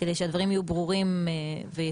כדי שהדברים יהיו ברורים ויתורגלו.